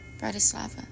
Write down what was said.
Bratislava